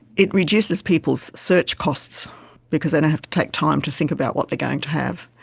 it reduces people's search costs because they don't have to take time to think about what they going to have.